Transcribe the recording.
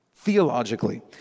Theologically